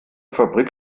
fabrik